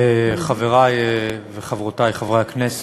תודה רבה, חברי וחברותי חברי הכנסת,